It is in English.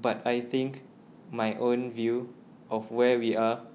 but I think my own view of where we are